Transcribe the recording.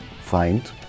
find